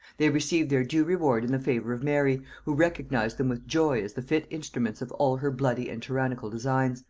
they received their due reward in the favor of mary, who recognised them with joy as the fit instruments of all her bloody and tyrannical designs,